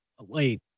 Wait